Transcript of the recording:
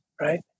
right